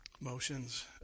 motions